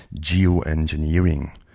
geoengineering